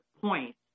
point